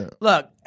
Look